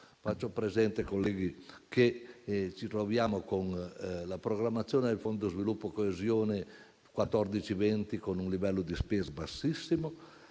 Faccio presente, colleghi, che ci troviamo con la programmazione del Fondo sviluppo coesione 2014-2020 con un livello di spesa bassissimo,